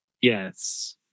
yes